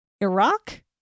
iraq